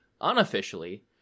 Unofficially